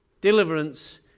deliverance